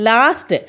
Last